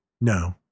No